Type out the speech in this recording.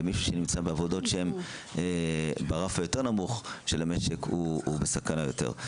ומישהו שנמצא בעבודות שהן ברף היותר נמוך של המשק הוא בסכנה יותר.